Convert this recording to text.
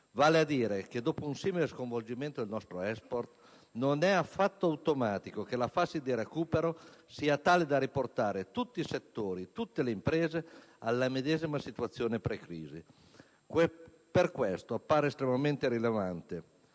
Vale a dire che, dopo un simile sconvolgimento del nostro *export*, non è affatto automatico che la fase di recupero sia tale da riportare tutti i settori, tutte le imprese, alla medesima situazione pre-crisi. Per questo appare estremamente rilevante